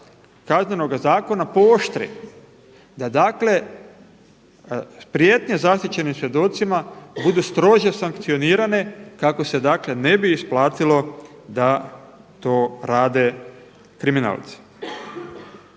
Kaznenoga zakona pooštri da prijetnje zaštićenim svjedocima budu strožije sankcionirane kako se ne bi isplatilo da to rade kriminalci.